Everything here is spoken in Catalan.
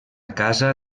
casa